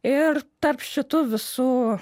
ir tarp šitų visų